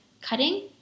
cutting